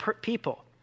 people